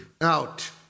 out